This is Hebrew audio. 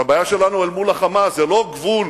והבעיה שלנו אל מול ה"חמאס" שזה לא גבול